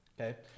Okay